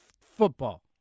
football